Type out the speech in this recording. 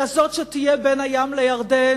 אלא זאת שתהיה בין הים לירדן,